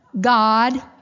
God